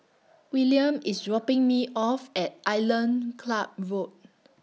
William IS dropping Me off At Island Club Road